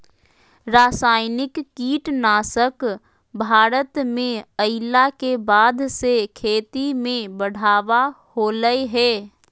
रासायनिक कीटनासक भारत में अइला के बाद से खेती में बढ़ावा होलय हें